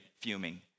fuming